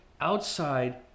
outside